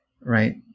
right